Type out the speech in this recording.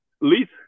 least